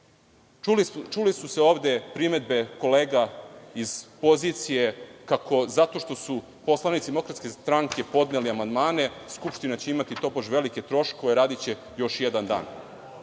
Čule su se ovde primedbe kolega iz pozicije kako zato što su poslanici DS podneli amandmane skupština će imati tobož velike troškove radiće još jedan dan.